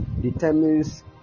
determines